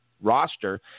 roster